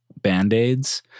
band-aids